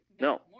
No